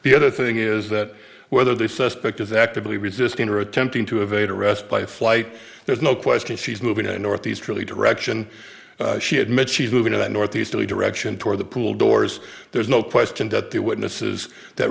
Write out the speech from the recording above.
the other thing is that whether the suspect is actively resisting are attempting to evade arrest by flight there's no question she's moving in northeasterly direction she admits she's moving in that northeasterly direction toward the pool doors there's no question that the witnesses that